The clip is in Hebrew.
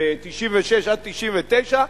ב-1966 עד 1999,